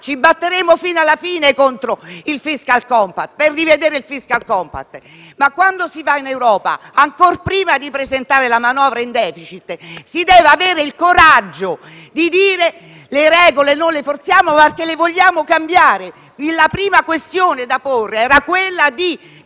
ci batteremo fino alla fine per rivedere il *fiscal compact*, ma quando si va in Europa, ancor prima di presentare la manovra in *deficit*, si deve avere il coraggio di dire che le regole, seppure non le forziamo, le vogliamo cambiare. La prima questione da porre era quella di